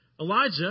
Elijah